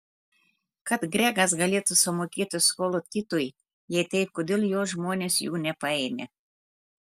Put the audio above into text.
kad gregas galėtų sumokėti skolą titui jei taip kodėl jo žmonės jų nepaėmė